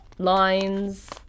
Lines